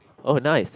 oh nice